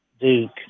Duke